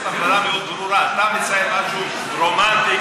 אבל צריך לעשות הפרדה מאוד ברורה: אתה מצייר משהו רומנטי,